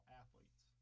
athletes